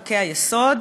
חוקי-היסוד,